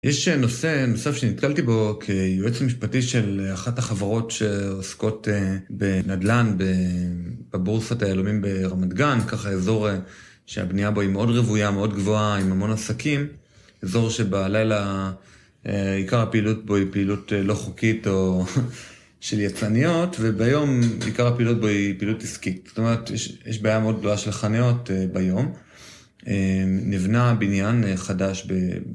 יש נושא נוסף שנתקלתי בו כיועץ המשפטי של אחת החברות שעוסקות בנדלן בבורסות היהלומים ברמת גן, ככה אזור שהבנייה בו היא מאוד רוויה, מאוד גבוהה, עם המון עסקים. אזור שבלילה, עיקר הפעילות בו היא פעילות לא חוקית או של יצאניות, וביום עיקר הפעילות בו היא פעילות עסקית. זאת אומרת, יש בעיה מאוד גדולה של חניות ביום. נבנה בניין חדש ב...